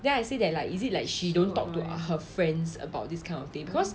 then I say that like is it like she don't talk to her friends about this kind of thing because